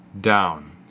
down